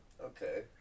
Okay